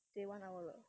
they one hour